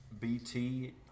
bt